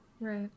Right